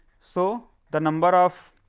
so the number of